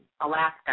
Alaska